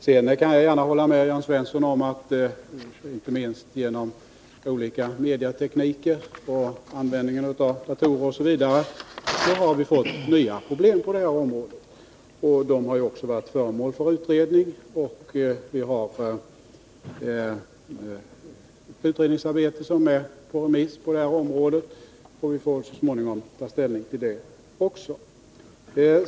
Sedan kan jag gärna hålla med Jörn Svensson om att vi inte minst genom olika mediatekniker, användningen av datorer osv. har fått nya problem på det här området. De har också varit föremål för utredning. Utredningsmaterial är ute på remiss, och vi får så småningom ta ställning till det också.